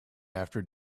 after